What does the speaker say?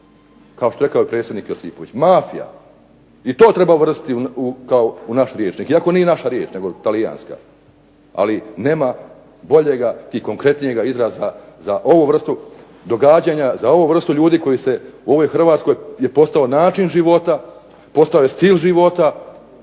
kao što je rekao Predsjednik Josipović, mafija. I to treba uvrstiti u naš rječnik iako nije naša riječ nego talijanska. Ali nema boljega i konkretnijeg izraza za ovu vrstu događanja, za ovu vrstu ljudi koji se u ovoj Hrvatskoj je postao način života postao je stil života